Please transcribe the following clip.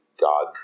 God